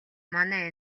манай